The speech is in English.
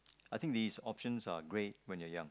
I think these options are great when you're young